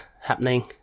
happening